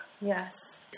Yes